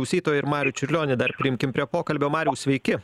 klausytoją ir marių čiurlionį dar priimkim prie pokalbio mariau sveiki